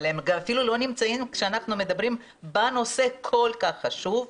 אבל הם אפילו לא נמצאים כשאנחנו מדברים בנושא כל כך חשוב.